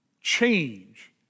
change